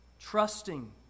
trusting